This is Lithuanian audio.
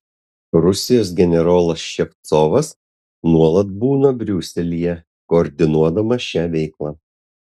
rusijos generolas ševcovas nuolat būna briuselyje koordinuodamas šią veiklą